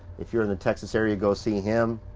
if you're in the texas area, go see him.